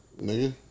Nigga